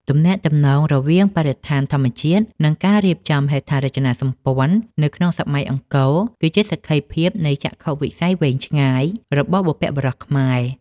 ទំនាក់ទំនងរវាងបរិស្ថានធម្មជាតិ និងការរៀបចំហេដ្ឋារចនាសម្ព័ន្ធនៅក្នុងសម័យអង្គរ គឺជាសក្ខីភាពនៃចក្ខុវិស័យវែងឆ្ងាយរបស់បុព្វបុរសខ្មែរ។